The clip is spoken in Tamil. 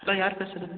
ஹலோ யார் பேசுகிறது